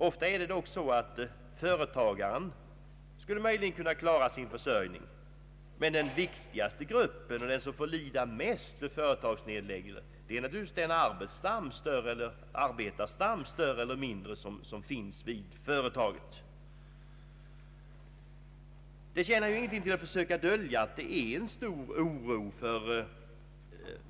Ofta skulle dock företagaren möjligen kunna klara sin försörjning. Den viktigaste gruppen och den som får lida mest vid företagsnedläggelsen är naturligtvis den arbetarstam, större eller mindre, som finns i företaget. Det tjänar ingenting till att dölja att